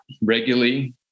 regularly